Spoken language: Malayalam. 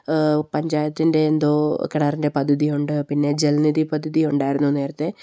പഞ്ചായത്തിൻ്റെ എന്തോ കിണറിൻ്റെ പദ്ധതിയുണ്ട് പിന്നെ ജലനിധി പദ്ധതിയുണ്ടായിരുന്നു നേരത്തെ